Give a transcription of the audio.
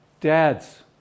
Dads